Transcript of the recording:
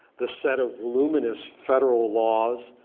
the set of luminous federal laws,